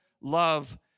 love